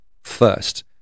first